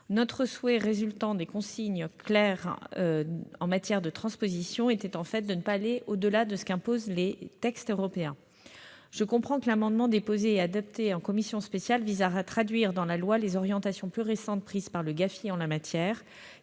Notre souhait, résultant de consignes claires en matière de transposition, était de ne pas aller au-delà de ce qu'imposent les textes européens. Je comprends toutefois que l'amendement adopté par la commission spéciale vise à traduire dans la loi les orientations plus récentes prises en la matière